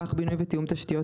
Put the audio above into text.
(2)נספח בינוי ותיאום תשתיות,